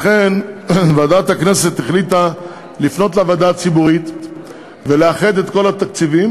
לכן ועדת הכנסת החליטה לפנות לוועדה הציבורית ולאחד את כל התקציבים.